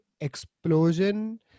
explosion